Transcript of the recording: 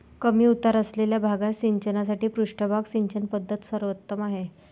कमी उतार असलेल्या भागात सिंचनासाठी पृष्ठभाग सिंचन पद्धत सर्वोत्तम आहे